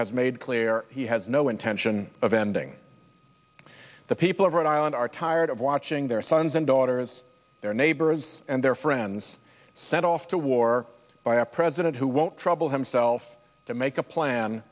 has made clear he has no intention of ending the people of rhode island are tired of watching their sons and daughters their neighbors and their friends set off to war by a president who won't trouble himself to make a plan